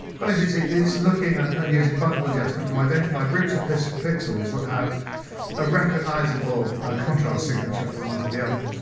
but basically it's looking and um using bundle adjustment to identify groups of pixels pixels that have a recognizable contrast signature from one to the other.